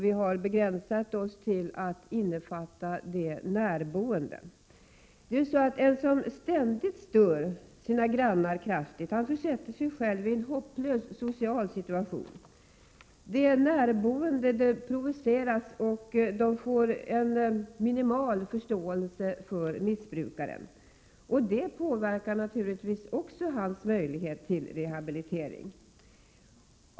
Vi har begränsat oss till att innefatta de närboende. Den som ständigt kraftigt stör sina grannar försätter sig själv i en hopplös social situation. De närboende provoceras och får minimal förståelse för missbrukaren. Det påverkar naturligtvis också hans möjlighet till rehabilitering.